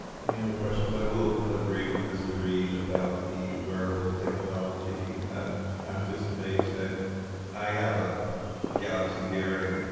any other questions? i will agree with mr. reid about the wearable technology. i'm just amazed that i have a galaxy gear and